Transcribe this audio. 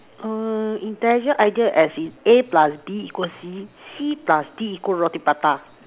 uh intelligent idea as in A plus B equal C C plus D equal roti prata